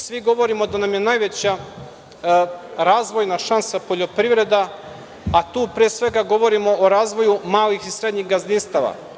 Svi govorimo da nam je najveća razvojna šansa poljoprivreda, a tu pre svega govorimo o razvoju malih i srednjih gazdinstava.